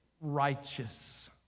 righteous